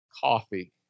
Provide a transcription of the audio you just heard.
coffee